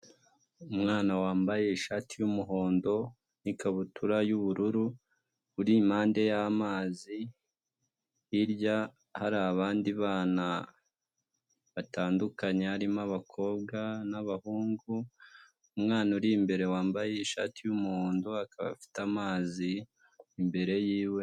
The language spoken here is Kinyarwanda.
Umwana wambaye ishati y'umuhondo n'ikabutura y'ubururu, uri impande y'amazi, hirya hari abandi bana batandukanye harimo abakobwa n'abahungu, umwana uri imbere wambaye ishati yumuhondo akaba afite amazi imbere yiwe.